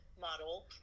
model